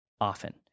often